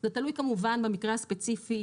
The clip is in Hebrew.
זה תלוי כמובן במקרה הספציפי,